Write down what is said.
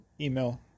email